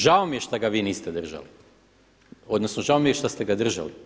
Žao mi je što ga vi niste držali, odnosno žao mi je šta ste ga držali.